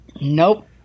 nope